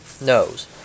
knows